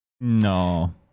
No